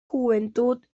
juventud